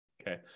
okay